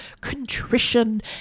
contrition